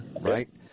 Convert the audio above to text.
right